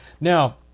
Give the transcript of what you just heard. Now